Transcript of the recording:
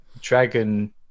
dragon